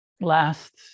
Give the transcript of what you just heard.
last